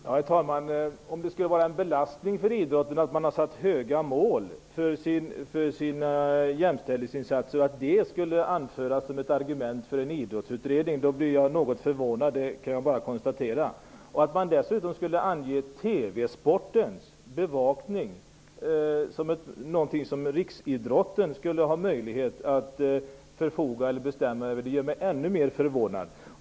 Herr talman! Om det skulle vara en belastning för idrotten att rörelsen har satt upp höga mål för sina jämställdhetsinsatser och att det skulle anföras som ett argument för en idrottsutredning blir jag något förvånad. Om man dessutom skulle ange TV sportens bevakning som någonting som riksidrottsrörelsen skulle ha möjlighet att bestämma över blir jag ännu mer förvånad.